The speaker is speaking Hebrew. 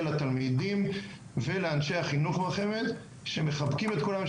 לתלמידים ולאנשי החינוך בחמ"ד שמחבקים את כולם,